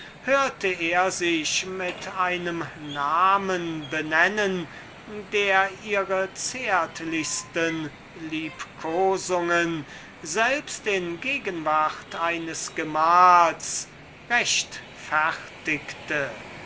er sich mit einem namen benennen der ihre zärtlichste liebkosungen selbst in gegenwart eines gemahls